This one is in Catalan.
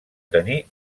tenir